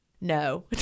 no